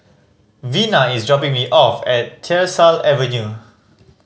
Vina is dropping me off at Tyersall Avenue